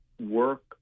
work